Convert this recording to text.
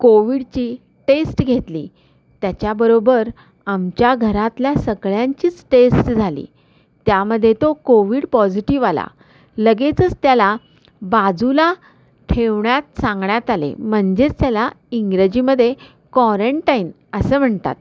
कोविडची टेस्ट घेतली त्याच्याबरोबर आमच्या घरातल्या सगळ्यांचीच टेस्ट झाली त्यामध्ये तो कोविड पॉझिटिव आला लगेचच त्याला बाजूला ठेवण्यात सांगण्यात आले म्हणजेच त्याला इंग्रजीमध्ये क्वारंटाईन असं म्हणतात